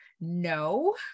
no